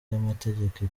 y’amategeko